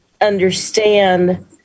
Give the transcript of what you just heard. understand